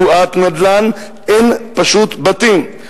אין בועת נדל"ן, אין, פשוט, בתים.